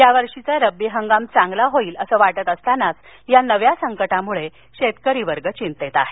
यावर्षीचा रब्बी हगाम चांगला होणार अस वाटत असतांनाच या नव्या संकटामुळे शेतकरी चिंतेत आहेत